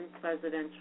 presidential